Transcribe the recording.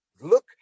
Look